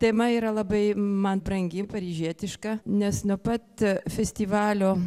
tema yra labai man brangi paryžietiška nes nuo pat festivalio